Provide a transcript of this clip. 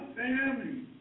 family